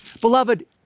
Beloved